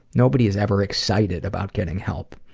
nobody is ever excited about getting help.